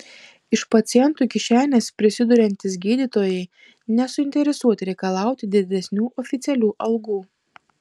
iš pacientų kišenės prisiduriantys gydytojai nesuinteresuoti reikalauti didesnių oficialių algų